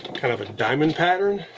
kind of a diamond pattern,